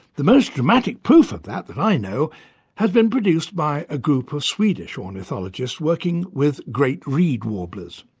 the most dramatic proof of that that i know has been produced by a group of swedish ornithologists working with great reed warblers.